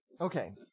Okay